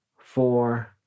four